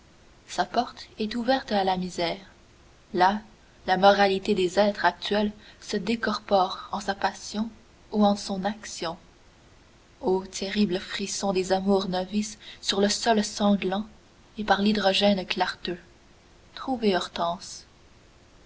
sa porte est ouverte à la misère là la moralité des êtres actuels se décorpore en sa passion ou en son action o terrible frisson des amours novices sur le sol sanglant et par l'hydrogène clarteux trouvez hortense